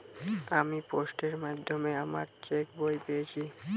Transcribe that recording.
আমি পোস্টের মাধ্যমে আমার চেক বই পেয়েছি